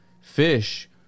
fish